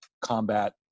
combat